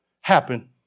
happen